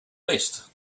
list